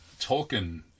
Tolkien